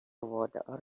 وادار